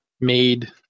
made